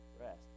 rest